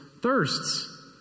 thirsts